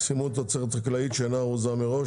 (סימון תוצרת חקלאית שאינה ארוזה מראש),